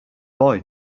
boy